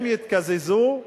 הם יתקזזו,